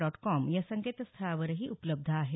dot com या संकेतस्थळावरही उपलब्ध आहे